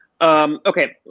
Okay